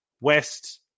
West